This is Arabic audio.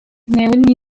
ناولني